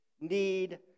need